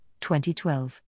2012